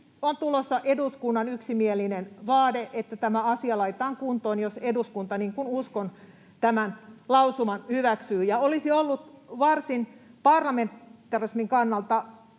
on tulossa eduskunnan yksimielinen vaade, että tämä asia laitetaan kuntoon, jos eduskunta, niin kuin uskon, tämän lausuman hyväksyy. Ja olisi ollut parlamentarismin kannalta